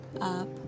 up